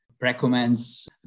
recommends